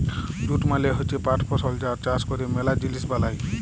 jute মালে হচ্যে পাট ফসল যার চাষ ক্যরে ম্যালা জিলিস বালাই